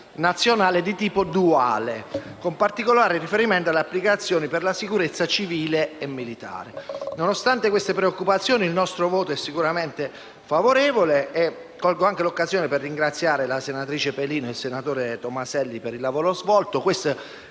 nazionale di tipo duale, con particolare riferimento alle applicazioni per la sicurezza civile e militare. Nonostante queste preoccupazioni, il nostro voto sarà sicuramente favorevole. Colgo l'occasione per ringraziare la senatrice Pelino e il senatore Tomaselli per il lavoro svolto.